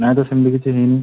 ନା ତ ସେମିତି କିଛି ହେଇନି